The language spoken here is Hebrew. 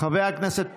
חבר הכנסת פרוש,